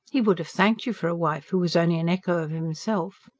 he would have thanked you for a wife who was only an echo of himself.